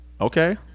Okay